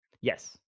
Yes